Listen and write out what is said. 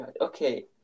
Okay